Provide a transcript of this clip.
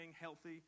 healthy